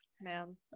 man